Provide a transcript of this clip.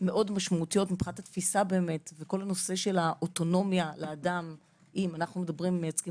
משמעותיות מבחינת התפיסה והנושא של האוטונומיה - אנו מייצגים